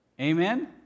Amen